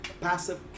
passive